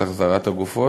את החזרת הגופות,